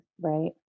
Right